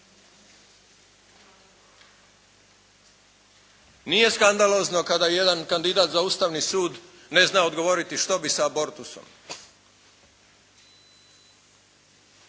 Nije skandalozno kada jedan kandidat za Ustavni sud ne zna odgovoriti što bi sa abortusom?